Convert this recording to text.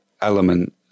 element